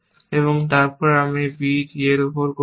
এবং তারপর আমি b d এর উপর করছি